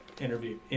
interview